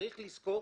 צריך לזכור